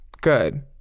good